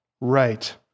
Right